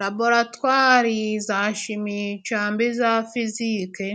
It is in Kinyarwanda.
Laboratwari za shimi cyangwa iza fizike